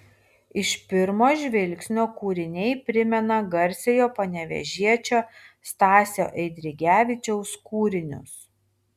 iš pirmo žvilgsnio kūriniai primena garsiojo panevėžiečio stasio eidrigevičiaus kūrinius